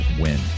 win